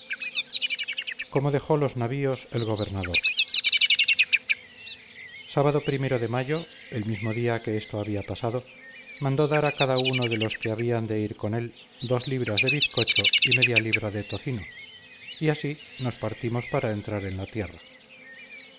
llamaba caravallo sábado primero de mayo el mismo día que esto había pasado mandó dar a cada uno de los que habían de ir con él dos libras de bizcocho y media libra de tocino y así nos partimos para entrar en la tierra